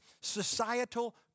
societal